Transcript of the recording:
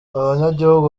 abanyagihugu